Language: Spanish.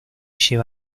lleva